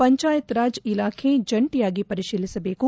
ಪಂಚಾಯತ್ ರಾಜ್ ಇಲಾಖೆ ಜಂಟಿಯಾಗಿ ಪರಿಶೀಲಿಸಬೇಕು